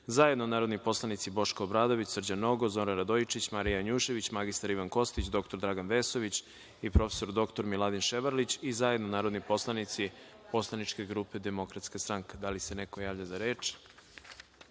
zajedno narodni poslanici Boško Obradović, Srđan Nogo, Zoran Radojičić, Marija Janjušević, mr Ivan Kostić, dr Dragan Vesović i prof. dr Miladin Ševarlić i zajedno narodni poslanici Poslaničke grupe Demokratska stranka. Reč ima narodna poslanica